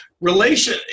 relation